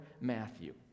Matthew